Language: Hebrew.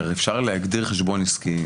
כי הרי אפשר להגדיר חשבון עסקי,